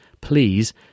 please